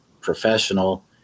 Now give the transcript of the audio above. professional